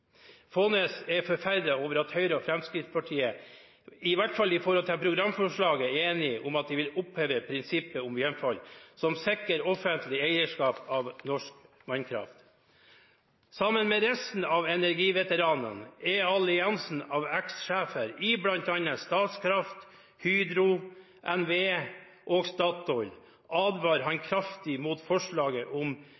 Faanes er «forferdet» over at Høyre og Fremskrittspartiet – i hvert fall i henhold til programforslagene – er enige om at de vil oppheve prinsippet om hjemfall, som sikrer offentlig eierskap av norsk vannkraft. Sammen med resten av «Energiveteranene», en allianse av ekssjefer i bl.a. Statkraft, Hydro, NVE og Statoil, advarer han